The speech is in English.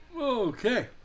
Okay